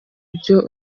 byo